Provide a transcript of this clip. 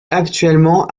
actuellement